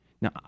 Now